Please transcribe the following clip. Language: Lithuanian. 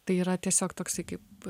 tai yra tiesiog toksai kaip